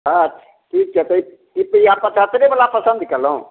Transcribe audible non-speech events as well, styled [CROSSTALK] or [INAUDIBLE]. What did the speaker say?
अच्छा ठीक छै तऽ [UNINTELLIGIBLE] कि अहाँ पछहतरे बला अहाँ पसन्द कयलहुँ